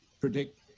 predict